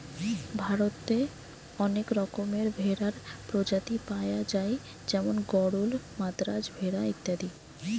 ভারতে অনেক রকমের ভেড়ার প্রজাতি পায়া যায় যেমন গরল, মাদ্রাজ ভেড়া ইত্যাদি